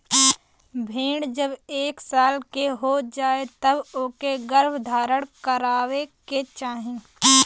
भेड़ जब एक साल के हो जाए तब ओके गर्भधारण करवाए के चाही